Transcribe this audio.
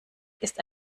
ist